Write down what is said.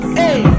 hey